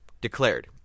declared